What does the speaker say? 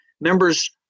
members